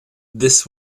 this